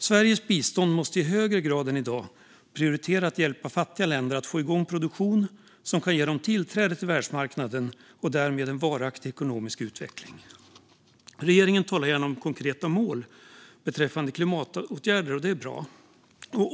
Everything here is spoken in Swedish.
Sveriges bistånd måste i högre grad än i dag prioritera att hjälpa fattiga länder att få igång produktion som kan ge dem tillträde till världsmarknaden och därmed en varaktig ekonomisk utveckling. Regeringen talar gärna om konkreta mål beträffande klimatåtgärder, och det är bra.